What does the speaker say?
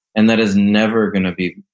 and that is never going to be,